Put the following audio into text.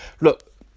look